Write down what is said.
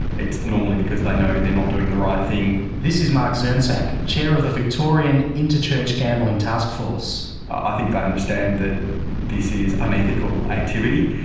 it's normally because they know they are not doing the right thing. this is mark zirnsak, chair of the victorian inter-church gambling taskforce. i think they understand that this is unethical activity.